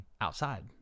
outside